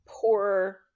poor